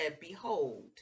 behold